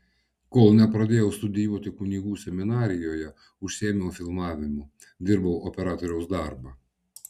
kol nepradėjau studijuoti kunigų seminarijoje užsiėmiau filmavimu dirbau operatoriaus darbą